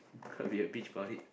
and be a bitch about it